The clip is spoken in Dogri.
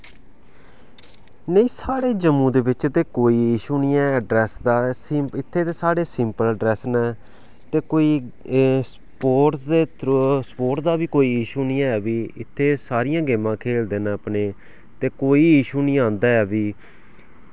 नेईं साढ़े जम्मू दे बिच ते कोई इशू नि ऐ अड्रेस दा इत्थै ते साढ़े सिम्पल ड्रेस न ते कोई स्पोर्ट दे थ्रू स्पोर्ट दा बी कोई इशू नि हैबी इत्थै सारियां गेमां खेलदे न अपने ते कोई इशू नि आंदा ऐ फ्ही